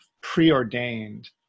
preordained